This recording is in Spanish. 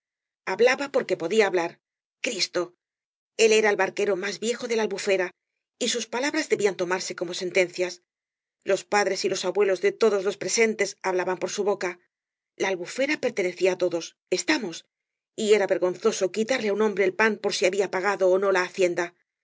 hiiblaba porque podía hablar cristo el era el barquero más viejo de ia albufera y sus palabras debían tomarse como sentencias los padres y los abuelos de todos los presentes hablaban por bu boca la albufera pertenecía á todos estamos y era vergonzoso quitarle á un hombre el pan por si había pagado ó no á la hacienda